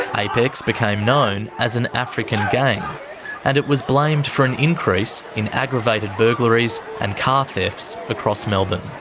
ah apex became known as an african gang and it was blamed for an increase in aggravated burglaries and car thefts across melbourne.